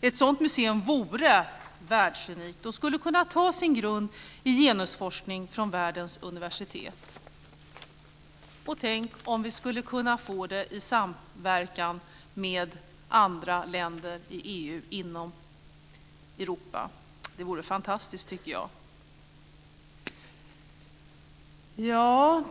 Ett sådant museum vore världsunikt och skulle kunna ha sin grund i genusforskning från världens universitet. Tänk om vi skulle kunna få det i samverkan med andra länder i EU och inom Europa. Det vore fantastiskt, tycker jag.